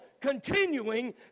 continuing